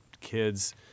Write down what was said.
kids